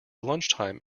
lunchtime